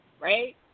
right